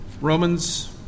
Romans